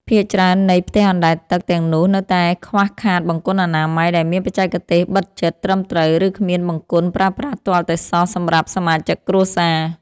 ភាគច្រើននៃផ្ទះអណ្តែតទឹកទាំងនោះនៅតែខ្វះខាតបង្គន់អនាម័យដែលមានបច្ចេកទេសបិទជិតត្រឹមត្រូវ ឬគ្មានបង្គន់ប្រើប្រាស់ទាល់តែសោះសម្រាប់សមាជិកគ្រួសារ។